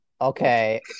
okay